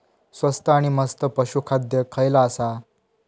स्वस्त आणि मस्त पशू खाद्य खयला आसा?